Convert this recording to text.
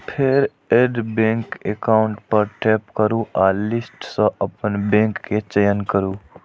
फेर add bank account पर tap करू आ लिस्ट सं अपन बैंक के चयन करू